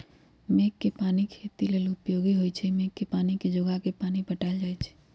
मेघ कें पानी खेती लेल उपयोगी होइ छइ मेघ के पानी के जोगा के पानि पटायल जाइ छइ